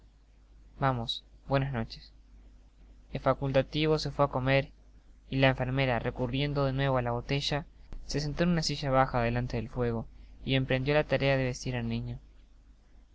vamos buenas noches el facultativo se fué á comer y la enfermera recurriendo de nuevo á la botella se sentó en una silla baja delante del fuego y emprendió la tarea de vestir al niño